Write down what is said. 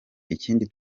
ikindi